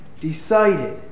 decided